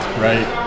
right